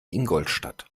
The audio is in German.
ingolstadt